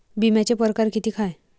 बिम्याचे परकार कितीक हाय?